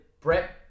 Brett